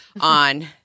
on